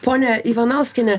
ponia ivanauskiene